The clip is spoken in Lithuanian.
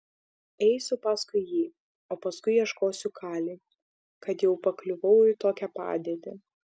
eisiu paskui jį o paskui ieškosiu kali kad jau pakliuvau į tokią padėtį